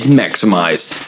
maximized